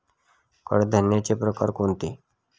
कडधान्याचे प्रकार कोणते?